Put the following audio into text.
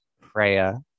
Freya